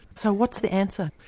so what's the answer?